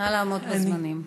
נא לעמוד בזמנים.